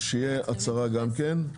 אז שתהיה הצהרה גם כן.